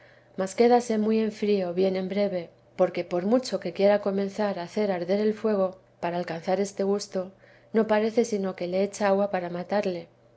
prueba mas quédase muy en frío bien en breve porque por mucho que quiera comenzar a hacer arder el fuego para alcanzar este gusto no parece sino que le echa agua para matarle